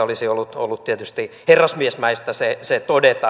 olisi ollut tietysti herrasmiesmäistä se todeta